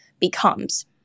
becomes